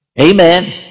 Amen